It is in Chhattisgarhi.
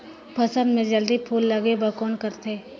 फसल मे जल्दी फूल लगे बर कौन करथे?